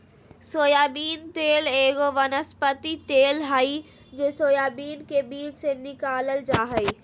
soybean तेल एगो वनस्पति तेल हइ जे सोयाबीन के बीज से निकालल जा हइ